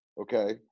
Okay